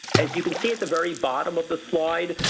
as you can see at the very bottom of the slide,